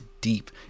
deep